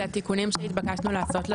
זה התיקונים שהתבקשנו לעשות לתוספת.